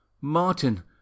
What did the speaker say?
Martin